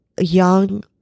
young